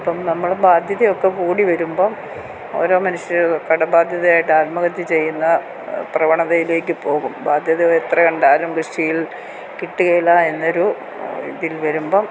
ഇപ്പം നമ്മളിപ്പം അതിഥി ഒക്കെ കൂടി വരുമ്പം ഓരോ മനുഷ്യർ കട ബാധ്യതയായിട്ട് ആത്മഹത്യ ചെയ്യുന്ന പ്രവണതയിലേക്ക് പോകും ബാധ്യതകൾ എത്ര കണ്ടാലും കൃഷിയിൽ കിട്ടിയില്ല എന്നൊരു ഇതിൽ വരുമ്പം